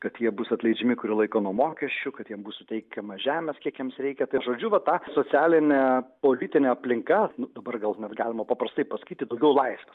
kad jie bus atleidžiami kurį laiką nuo mokesčių kad jiem bus suteikiama žemės kiek jiems reikia žodžiu va ta socialinė politinė aplinka nu dabar gal net galima paprastai pasakyti daugiau laisvės